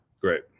Great